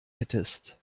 hättest